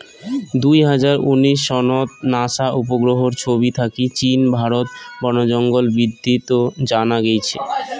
দুই হাজার উনিশ সনত নাসা উপগ্রহর ছবি থাকি চীন, ভারত বনজঙ্গল বিদ্ধিত জানা গেইছে